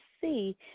see